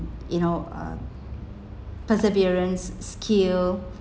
you know uh perseverance skill